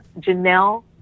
Janelle